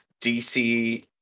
DC